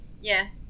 Yes